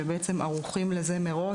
שערוכים לזה מראש,